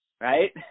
Right